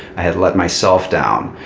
i had let myself down.